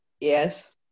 yes